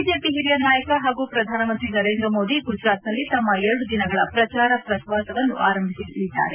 BJP ಹಿರಿಯ ನಾಯಕ ಹಾಗೂ ಶ್ರಧಾನಮಂತ್ರಿ ನರೇಂದ್ರಮೋದಿ ಗುಜರಾತ್ನಲ್ಲಿ ತಮ್ಮ ಎರಡು ದಿನಗಳ ಪ್ರಚಾರ ಪ್ರವಾಸವನ್ನು ಆರಂಭಿಸಲಿದ್ದಾರೆ